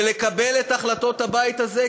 ולקבל את החלטות הבית הזה,